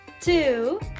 two